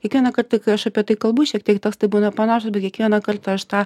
kiekvieną kartą kai aš apie tai kalbu šiek tiek tekstai būna panašūs bet kiekvieną kartą aš tą